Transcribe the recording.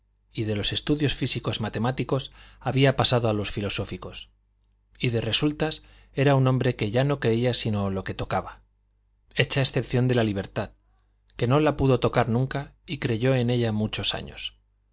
y de los estudios físicos matemáticos había pasado a los filosóficos y de resultas era un hombre que ya no creía sino lo que tocaba hecha excepción de la libertad que no la pudo tocar nunca y creyó en ella muchos años